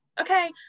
Okay